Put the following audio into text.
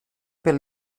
per